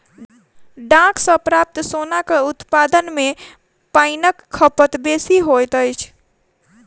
डांट सॅ प्राप्त सोनक उत्पादन मे पाइनक खपत बेसी होइत अछि